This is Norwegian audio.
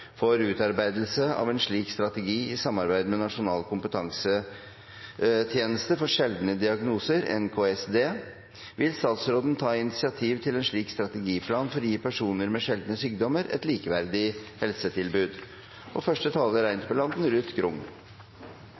for sjeldne diagnoser – og kanskje man bør vurdere en nordisk strategi. Norge har formannskapet i Nordisk råd. Så spørsmålet er: Vil statsråden ta initiativ til en strategiplan for å gi personer med sjeldne sykdommer et likeverdig helsetilbud? I Norge er